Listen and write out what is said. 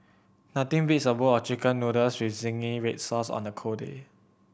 nothing beats a bowl of Chicken Noodles with zingy red sauce on a cold day